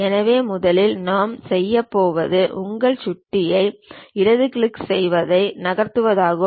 எனவே முதலில் நாம் செய்யப்போவது உங்கள் சுட்டியை இடது கிளிக் செய்வதை நகர்த்துவதாகும்